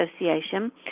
Association